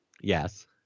Yes